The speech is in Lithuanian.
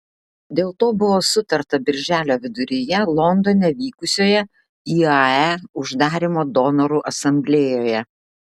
dėl to buvo sutarta birželio viduryje londone vykusioje iae uždarymo donorų asamblėjoje